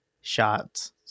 shots